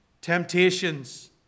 Temptations